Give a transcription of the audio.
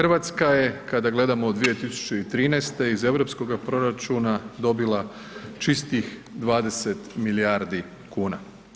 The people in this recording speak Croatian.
RH je kada gledamo 2013. iz europskoga proračuna dobila čistih 20 milijardi kuna.